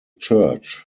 church